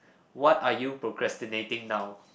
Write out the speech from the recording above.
what are you procrastinating now